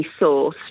sourced